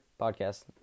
podcast